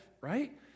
right